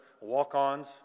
walk-ons